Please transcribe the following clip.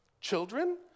Children